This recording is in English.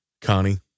Connie